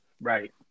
right